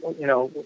you know,